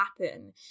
happen